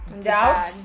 doubt